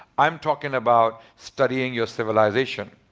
i'm talking about. studying your civilization.